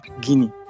Guinea